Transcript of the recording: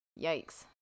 Yikes